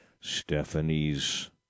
Stephanie's